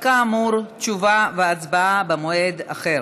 כאמור, תשובה והצבעה במועד אחר.